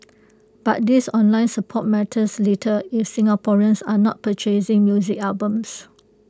but this online support matters little if Singaporeans are not purchasing music albums